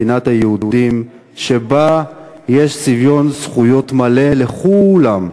מדינת היהודים שבה יש שוויון זכויות מלא לכולם.